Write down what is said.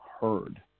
heard